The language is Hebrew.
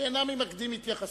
יש אנשים שאינם ממקדים התייחסות.